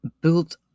built